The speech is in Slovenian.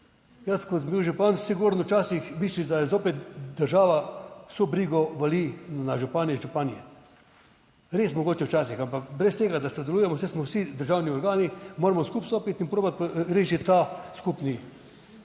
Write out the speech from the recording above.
Jaz, ko sem bil župan, sigurno včasih misliš, da je zopet država, vso brigo vali na župane, županje. Res, mogoče včasih, ampak brez tega, da sodelujemo, saj smo vsi državni organi, moramo skupaj stopiti in probati rešiti to skupni